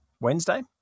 Wednesday